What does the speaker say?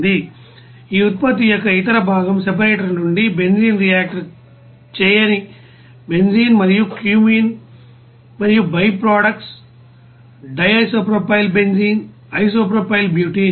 మరియు ఈ ఉత్పత్తి యొక్క ఇతర భాగం సెపరేటర్ నుండి బెంజీన్ రియాక్ట్ చేయని బెంజీన్ మరియు క్యూమెన్ మరియు byproducts di isopropyl benzene isopropyl butane